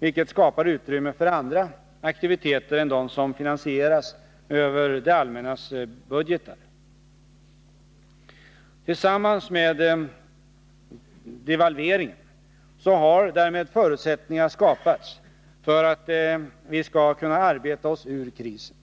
vilket skapar utrymme för andra aktiviteter än dem som finansieras över det allmännas budgetar. Tillsammans med devalveringen har därmed förutsättningar skapats för att vi skall kunna arbeta oss ur krisen.